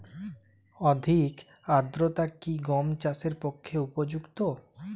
অধিক আর্দ্রতা কি গম চাষের পক্ষে উপযুক্ত?